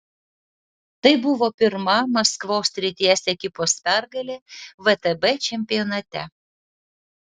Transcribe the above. tai buvo pirma maskvos srities ekipos pergalė vtb čempionate